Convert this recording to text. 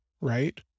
right